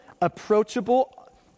Approachable